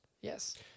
Yes